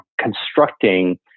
constructing